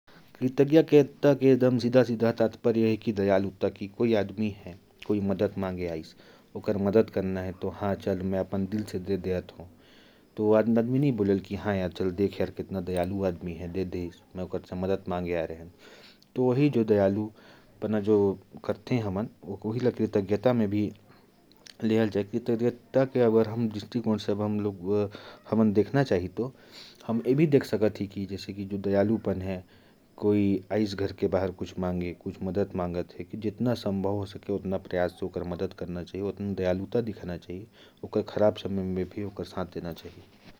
"कृतज्ञता" का मतलब है दयालुता से। कोई मदद मांगे आए, तो उसकी सहायता कर देना या मदद कर देना ही कृतज्ञता कहलाता है।